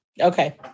Okay